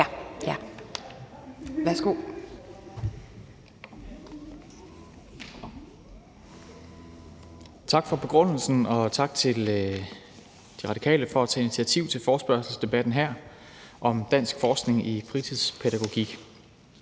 Petersen): Tak for begrundelsen, og tak til De Radikale for at tage initiativ til forespørgselsdebatten her om dansk forskning i fritidspædagogik.